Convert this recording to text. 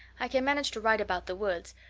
i can manage to write about the woods,